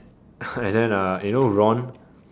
and then uh you know Ron